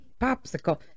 popsicle